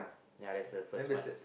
yeah that's the first one